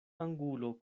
angulo